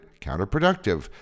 counterproductive